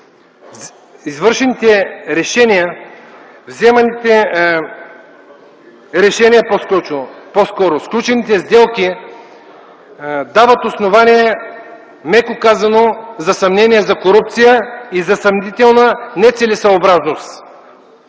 бих казал – лошо. Вземаните решения, сключените сделки дават основание, меко казано, за съмнение за корупция и за съмнителна нецелесъобразност.